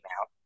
out